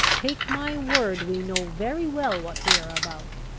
take my word, we know very well what we are about.